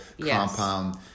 compound